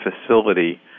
facility